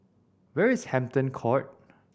where is Hampton Court